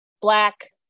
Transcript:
black